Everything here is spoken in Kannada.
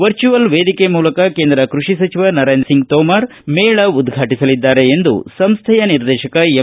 ವರ್ಚುವಲ್ ವೇದಿಕೆ ಮೂಲಕ ಕೇಂದ್ರ ಕೃಷಿ ಸಚವ ನರೇಂದ್ರಸಿಂಗ್ ತೋಮರ್ ಮೇಳ ಉದ್ವಾಟಿಸಲಿದ್ದಾರೆ ಎಂದು ಸಂಸ್ಥೆಯ ನಿರ್ದೇಶಕ ಎಂ